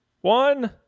one